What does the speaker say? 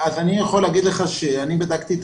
אז אני יכול להגיד לך שאני בדקתי את